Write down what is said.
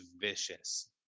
vicious